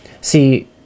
See